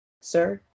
sir